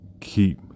keep